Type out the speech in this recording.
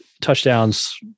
touchdowns